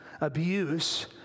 abuse